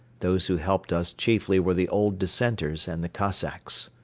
those who helped us chiefly were the old dissenters and the cossacks.